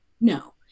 no